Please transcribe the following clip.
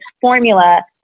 formula